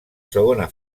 segona